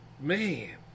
man